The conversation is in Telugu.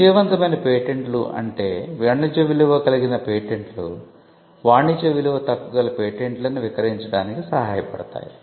విజయవంతమైన పేటెంట్లు అంటే వాణిజ్య విలువ కలిగిన పేటెంట్లు వాణిజ్య విలువ తక్కువ గల పేటెంట్లను విక్రయించడానికి సహాయపడతాయి